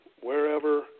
wherever